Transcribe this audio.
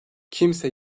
kimse